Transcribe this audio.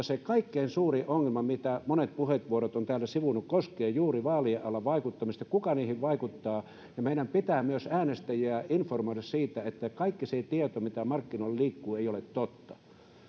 se kaikkein suurin ongelma mitä monet puheenvuorot ovat täällä sivunneet koskee juuri vaalien alla vaikuttamista kuka niihin vaikuttaa ja meidän pitää myös äänestäjiä informoida siitä että kaikki se tieto mitä markkinoilla liikkuu ei ole totta